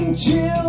Chill